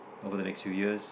over the next few years